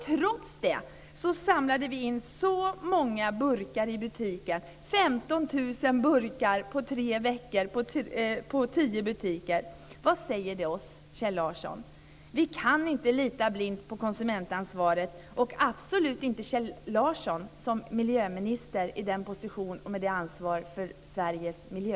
Trots det samlade vi in 15 000 burkar på tre veckor på tio butiker! Vad säger det oss, Kjell Larsson? Vi kan inte lita blint på konsumentansvaret och absolut inte Kjell Larsson som miljöminister och med ansvar för Sveriges miljö.